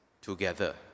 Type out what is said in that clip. together